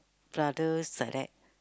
brothers like that